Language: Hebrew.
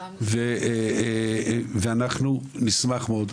אנחנו נשמח מאוד,